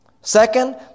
Second